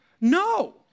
no